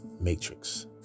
matrix